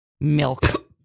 Milk